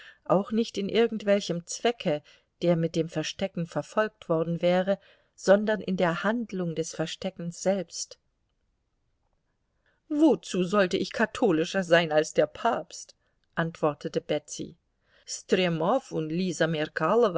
auch nicht in irgendwelchem zwecke der mit dem verstecken verfolgt worden wäre sondern in der handlung des versteckens selbst wozu sollte ich katholischer sein als der papst antwortete betsy stremow und lisa